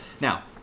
now